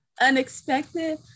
unexpected